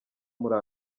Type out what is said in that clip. muri